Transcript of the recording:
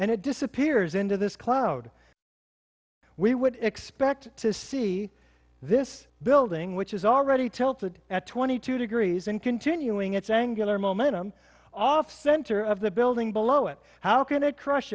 and it disappears into this cloud we would expect to see this building which is already tilted at twenty two degrees and continuing its angular momentum off center of the building below it how can it crush